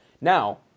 Now